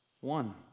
One